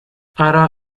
أرى